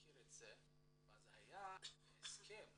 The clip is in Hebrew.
היה הסכם